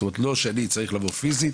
זאת אומרת לא שאני צריך לבוא פיזית